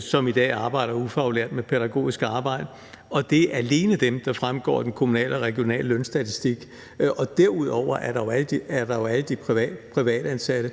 som i dag arbejder ufaglært med pædagogisk arbejde, og det er alene dem, der fremgår af den kommunale og regionale lønstatistik. Derudover er der jo alle de privatansatte.